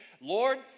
Lord